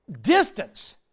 distance